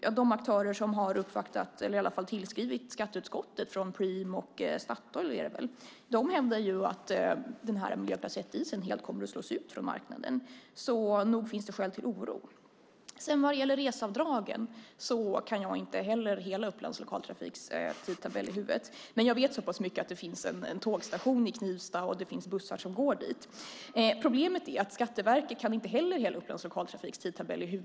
Men de aktörer som har uppvaktat eller i alla fall tillskrivit skatteutskottet - från Preem och Statoil är det väl - hävdar att dieseln av miljöklass 1 helt kommer att slås ut från marknaden. Nog finns det skäl till oro. Vad gäller reseavdragen: Inte heller jag kan hela Upplands Lokaltrafiks tidtabell i huvudet. Men jag vet så pass mycket som att det finns en tågstation i Knivsta och att det finns bussar som går dit. Problemet är att inte heller Skatteverket kan hela Upplands Lokaltrafiks tidtabell.